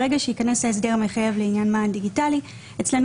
ברגע שייכנס ההסדר המחייב לעניין מען דיגיטלי אצלנו